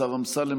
השר אמסלם,